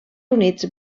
units